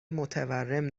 متورم